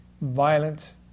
violence